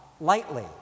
lightly